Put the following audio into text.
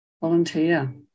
volunteer